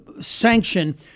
sanction